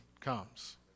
comes